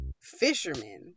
fishermen